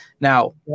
now